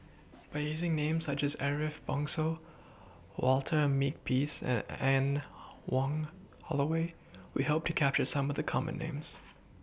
By using Names such as Ariff Bongso Walter Makepeace and Anne Wong Holloway We Hope to capture Some of The Common Names